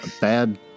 Bad